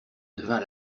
devint